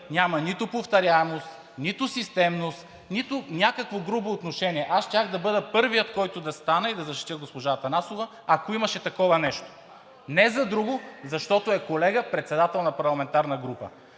няма нито повторяемост, нито системност, нито някакво грубо отношение. Аз щях да бъда първият, който да стане и да защитя госпожа Атанасова, ако имаше такова нещо – не за друго, а защото е колега, председател на парламентарна група.